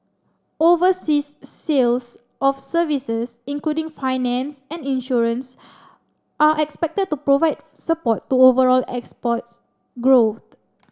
overseas sales of services including finance and insurance are expected to provide support to overall exports growth